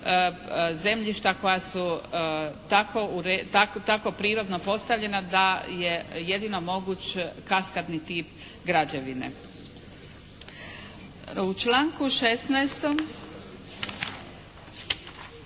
zemljišta koja su tako prirodno postavljena da je jedino moguć kaskadni tip građevine. U članku 16.